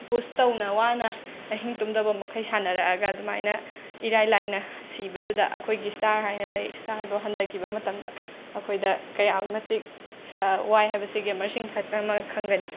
push ꯇꯧꯅ ꯋꯥꯅ ꯑꯍꯤꯡ ꯇꯨꯝꯗꯕꯃꯈꯩ ꯁꯥꯟꯅꯔꯑꯒ ꯑꯗꯨꯃꯥꯏꯅ ꯏꯔꯥꯏ ꯂꯥꯏꯅ ꯁꯤꯕꯗꯨꯗ ꯑꯩꯈꯣꯏꯒꯤ ꯁ꯭ꯇꯥꯔ ꯍꯥꯏꯅ ꯂꯩ ꯁ꯭ꯇꯥꯔꯗꯣ ꯍꯟꯊꯈꯤꯕ ꯃꯇꯝꯗ ꯑꯩꯈꯣꯏꯗ ꯀꯌꯥꯝ ꯃꯇꯤꯛ ꯁ ꯋꯥꯏ ꯍꯥꯏꯕꯁꯤ ꯒꯦꯃꯔꯁꯤꯡ ꯈꯛꯇꯅ ꯈꯪꯒꯅꯤ